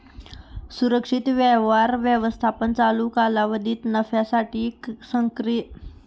सुरक्षित व्यवहार व्यवस्थापन चालू कालावधीत नफ्यासाठी सक्रियपणे व्यापार करण्याची योजना आखत आहे